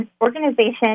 organization